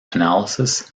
analysis